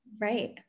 right